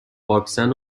واکسن